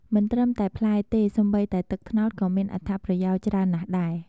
មិនត្រឹមតែផ្លែទេ សូម្បីតែទឹកត្នោតក៏មានអត្ថប្រយោជន៍ច្រើនណាស់ដែរ។